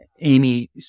Amy